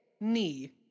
knee